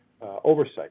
oversight